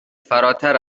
فراتر